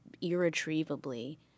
irretrievably